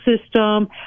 system